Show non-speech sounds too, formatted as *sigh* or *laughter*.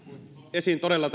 esiin todella *unintelligible*